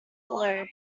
blow